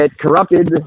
corrupted